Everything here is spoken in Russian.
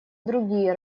другие